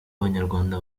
abanyarwanda